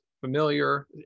familiar